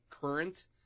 current